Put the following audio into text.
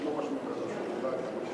זה לא משהו מיוחד, אולי.